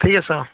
ঠিক আছে অ